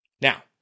Now